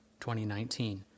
2019